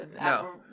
No